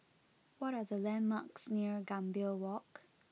what are the landmarks near Gambir Walk